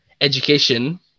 education